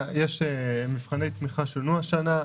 מבחני התמיכה שונו השנה.